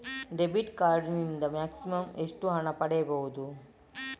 Debit card ನಿಂದ maximum ಎಷ್ಟು ಹಣ ಪಡೆಯಬಹುದು?